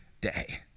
day